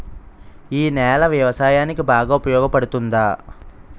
ఈ నేల వ్యవసాయానికి బాగా ఉపయోగపడుతుందా?